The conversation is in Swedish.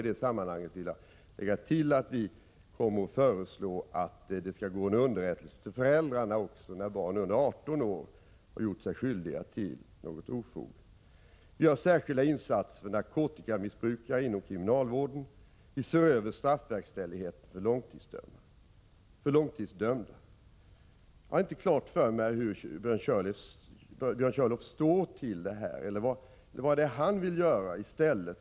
I det sammanhanget vill jag lägga till att vi kommer att föreslå att det skall gå en underrättelse till föräldrarna när barn under 18 år har gjort sig skyldiga till något ofog. Vi gör särskilda insatser för narkotikamissbrukare inom kriminalvården. Vi ser över straffverkställigheten för långtidsdömda. Jag har inte klart för mig hur Björn Körlof ställer sig till dessa åtgärder eller Prot. 1986/87:33 vad han vill göra i stället.